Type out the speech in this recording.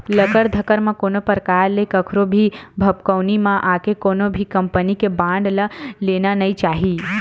लकर धकर म कोनो परकार ले कखरो भी भभकउनी म आके कोनो भी कंपनी के बांड ल लेना नइ चाही